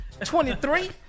23